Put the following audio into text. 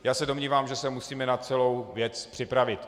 Já se domnívám, že se musíme na celou věc připravit.